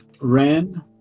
Ren